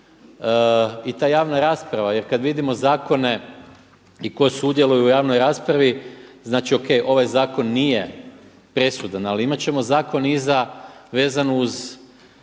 i ta javna rasprava. Jer kada vidimo zakone i tko sudjeluje u javnoj raspravi, znači OK, ovaj zakon nije presudan ali imati ćemo zakon i za, vezano uz